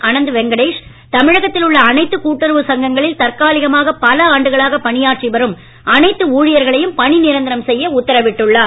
அனந்த் வெங்கடேஷ் தமிழகத்தில் உள்ள அனைத்து கூட்டுறவு சங்கங்களில் தற்காலிகமாக பல ஆண்டுகளானக பணியாற்றி வரும் அனைத்து ஊழிர்களையும் பணி நிரந்தரம் செய்ய உத்தரவிட்டுள்ளார்